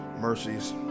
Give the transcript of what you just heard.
mercies